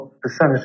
percentage